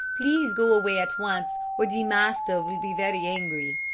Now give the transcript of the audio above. please go away at once, or de master will be very angry.